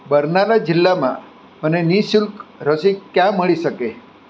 બરનાલા જિલ્લામાં મને નિ શુલ્ક રસી ક્યાં મળી શકે